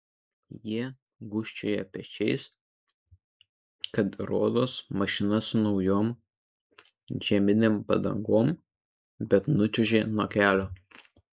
jie gūžčioja pečiais kad rodos mašina su naujom žieminėm padangom bet nučiuožė nuo kelio